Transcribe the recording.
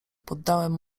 poddałem